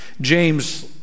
James